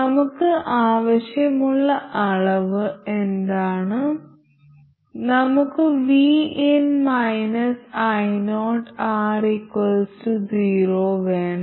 നമുക്ക് ആവശ്യമുള്ള അളവ് എന്താണ് നമുക്ക് vin ioR 0 വേണം